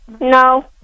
No